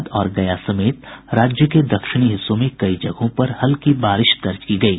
आज औरंगाबाद और गया समेत राज्य के दक्षिणी हिस्सों में कई जगहों पर हल्की बारिश दर्ज की गयी